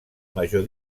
major